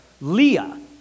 Leah